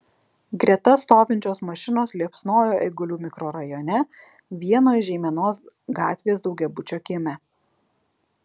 greta stovinčios mašinos liepsnojo eigulių mikrorajone vieno iš žeimenos gatvės daugiabučio kieme